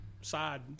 side